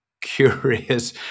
curious